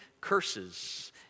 curses